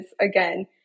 again